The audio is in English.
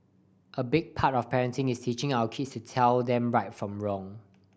a big part of parenting is teaching our kids to tell them right from wrong